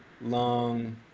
long